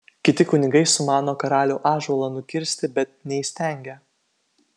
kiti kunigai sumano karalių ąžuolą nukirsti bet neįstengia